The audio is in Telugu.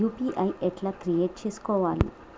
యూ.పీ.ఐ ఎట్లా క్రియేట్ చేసుకోవాలి?